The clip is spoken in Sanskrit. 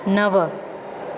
नव